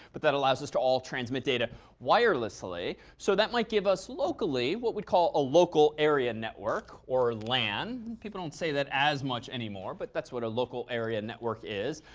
but that allows us to all transmit data wirelessly. so that might give us locally what we call a local area network or lan. people don't say that as much anymore but that's what a local area network is.